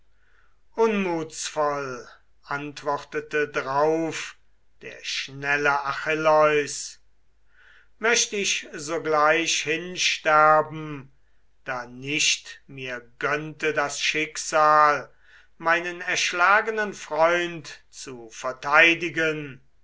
antwortete drauf der schnelle achilleus möcht ich sogleich hinsterben da nicht mir gönnte das schicksal meinen erschlagenen freund zu verteidigen